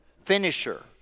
finisher